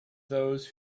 those